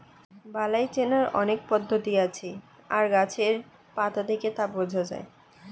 বালাই চেনার অনেক পদ্ধতি আছে আর গাছের পাতা দেখে তা বোঝা যায়